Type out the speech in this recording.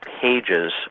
pages